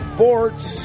Sports